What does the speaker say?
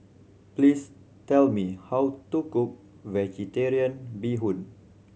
please tell me how to cook Vegetarian Bee Hoon